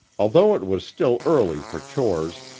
although it was still early for chores,